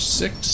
six